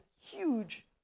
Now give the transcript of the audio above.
huge